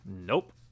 Nope